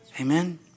Amen